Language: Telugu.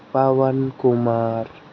పవన్ కుమార్